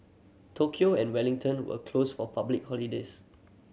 Tokyo and Wellington were closed for public holidays